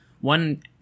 One